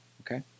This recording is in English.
Okay